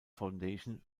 foundation